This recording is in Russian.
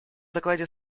докладе